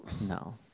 no